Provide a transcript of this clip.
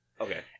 Okay